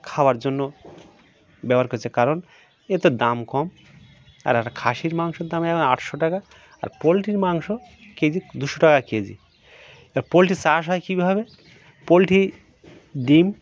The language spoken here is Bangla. খাওয়ার জন্য ব্যবহার করছে কারণ এর তো দাম কম আর একটা খাসির মাংসের দাম এখন আটশো টাকা আর পোলট্রির মাংস কে জি দুশো টাকা কে জি এবার পোলট্রির চাষ হয় কীভাবে পোলট্রি ডিম